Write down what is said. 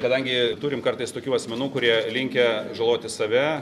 kadangi turim kartais tokių asmenų kurie linkę žaloti save